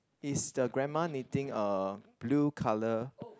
is the grandma knitting uh blue colour